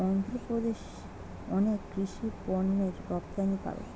অন্ধ্রপ্রদেশ অনেক কৃষি পণ্যের রপ্তানিকারক